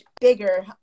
bigger